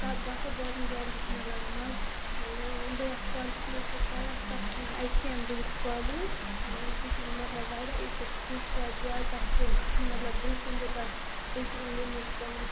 ٹَپھ باسان باٹنی زالجی چھِ مےٚ لَگان مَزٕ بہٕ یَتھ کالجَس منٛز چھَس پَران تَتھ چھِ ناو H K M degree college سُہ چھِ مطلب واریاہ أکِس خوٗبصوٗرت جاے تَتھ چھِ مطلب برونٛہہ کَنہِ چھِ تَتھ اکہِ ییٚمیُک